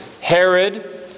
Herod